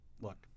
look